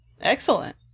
excellent